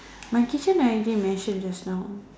my kitchen I already mention just now